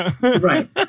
Right